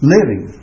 living